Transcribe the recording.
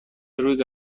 روی